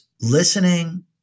listening